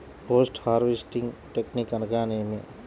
Post harvesting technique అనగా నేమి?